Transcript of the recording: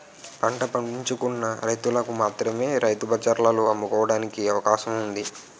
పంట పండించుకున్న రైతులకు మాత్రమే రైతు బజార్లలో అమ్ముకోవడానికి అవకాశం ఉంది